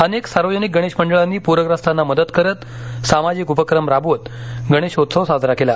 अनेक सार्वजनिक गणेश मंडळांनी प्रख्रस्तांना मदत करत सामाजिक उपक्रम राबवत गणेशोत्सव साजरा केला